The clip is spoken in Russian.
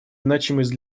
значимость